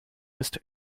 ist